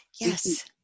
Yes